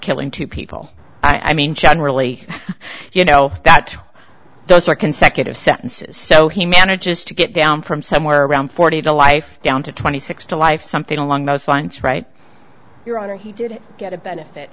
killing two people i mean generally you know that those are consecutive sentences so he manages to get down from somewhere around forty to life down to twenty six to life something along those lines right your honor he did get a benefit